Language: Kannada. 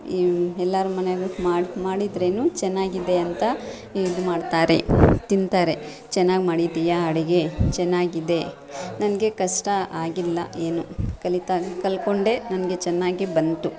ಎಲ್ಲರ ಮನೆಗೂ ಮಾಡಿ ಮಾಡಿದರೇನು ಚೆನ್ನಾಗಿದೆ ಅಂತ ಇದು ಮಾಡ್ತಾರೆ ತಿಂತಾರೆ ಚೆನ್ನಾಗಿ ಮಾಡಿದ್ದೀಯಾ ಅಡುಗೆ ಚೆನ್ನಾಗಿದೆ ನನಗೆ ಕಷ್ಟ ಆಗಿಲ್ಲ ಏನೂ ಕಲಿತಾಗ ಕಲ್ಕೊಂಡೆ ನನಗೆ ಚೆನ್ನಾಗಿ ಬಂತು